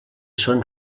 són